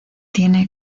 tiene